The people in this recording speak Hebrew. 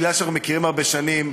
מכיוון שאנחנו מכירים הרבה שנים,